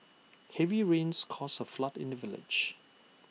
heavy rains caused A flood in the village